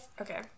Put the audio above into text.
Okay